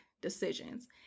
decisions